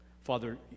Father